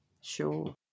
sure